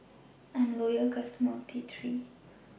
I'm A Loyal customer of T three